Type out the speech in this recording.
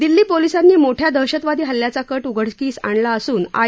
दिल्ली पोलिसांनी मोठ्या दहशतवादी हल्ल्याचा कट उघडकीस आणला असून आय